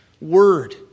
word